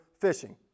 fishing